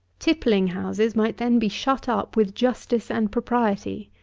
tippling-houses might then be shut up with justice and propriety.